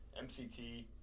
MCT